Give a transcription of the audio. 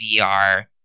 vr